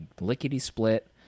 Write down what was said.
lickety-split